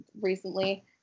recently